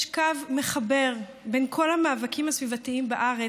יש קו מחבר בין כל המאבקים הסביבתיים בארץ.